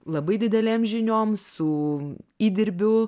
labai didelėm žiniom su įdirbiu